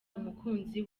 umukunzi